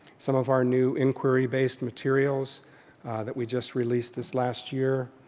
some of our new inquiry based materials that we just released this last year.